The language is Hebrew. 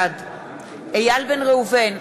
בעד איל בן ראובן,